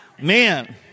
Man